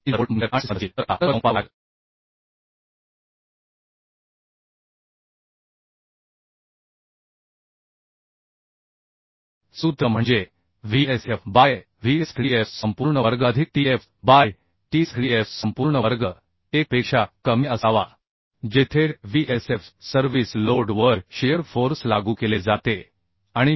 आणि जर bolt combine shear आणि स्ट्रेस मधे असतील तर आपल्याला परस्परसंवाद तपासावा लागेल सूत्र म्हणजे Vsf बाय Vsdf संपूर्ण वर्ग अधिक Tf बाय Tsdf संपूर्ण वर्ग 1 पेक्षा कमी असावा जेथे Vsf सर्विस लोड वर शिअर फोर्स लागू केले जाते आणि Vsdf